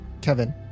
Kevin